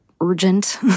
urgent